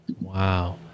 Wow